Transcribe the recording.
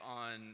on